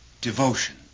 devotion